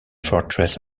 fortress